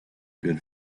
good